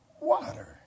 water